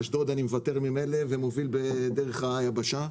על אשדוד אני מוותר ממילא ומוביל דרך היבשה.